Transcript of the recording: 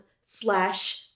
slash